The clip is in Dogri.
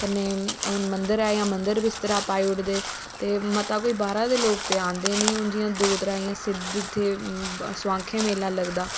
हुन जें मन्दर ऐ मन्दर बिस्तरा पाईउड़दे ते मता कोई बाह्रा दे लोक ते आंदे नी हुन जियां दो त्रै इत्थें सोआंके मेला लगदा